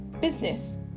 business